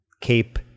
Cape